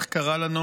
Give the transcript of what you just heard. כלומר, איך קרה לנו